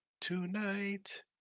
Tonight